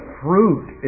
fruit